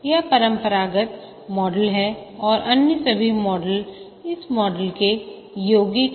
यह परंपरागत मॉडल है और अन्य सभी मॉडल इस मॉडल के योगिक हैं